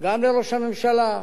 גם לראש הממשלה,